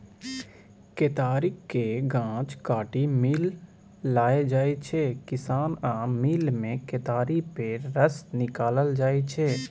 केतारीक गाछ काटि मिल लए जाइ छै किसान आ मिलमे केतारी पेर रस निकालल जाइ छै